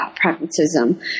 pragmatism